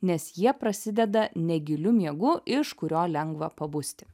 nes jie prasideda negiliu miegu iš kurio lengva pabusti